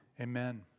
Amen